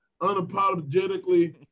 unapologetically